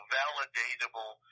validatable